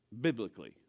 biblically